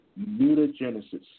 mutagenesis